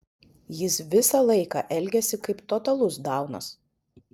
jis visą laiką elgiasi kaip totalus daunas